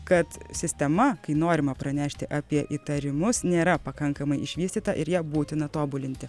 kad sistema kai norima pranešti apie įtarimus nėra pakankamai išvystyta ir ją būtina tobulinti